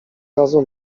razu